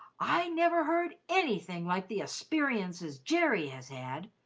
i never heard anything like the asperiences jerry has had!